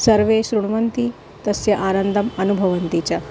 सर्वे शृण्वन्ति तस्य आनन्दम् अनुभवन्ति च